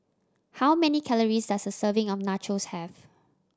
how many calories does a serving of Nachos have